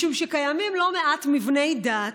משום שקיימים לא מעט מבני דת,